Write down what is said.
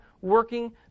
working